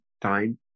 time